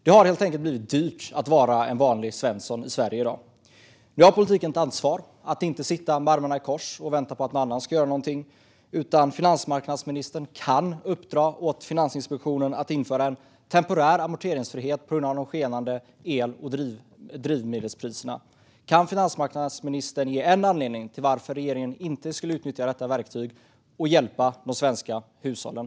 Det har helt enkelt blivit dyrt att vara en vanlig svensson i Sverige i dag. Nu har politiken ett ansvar att inte sitta med armarna i kors och vänta på att någon annan ska göra någonting. Finansmarknadsministern kan uppdra åt Finansinspektionen att införa en temporär amorteringsfrihet på grund av de skenande el och drivmedelspriserna. Kan finansmarknadsministern ge en anledning till att regeringen inte skulle utnyttja detta verktyg och hjälpa de svenska hushållen?